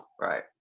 Right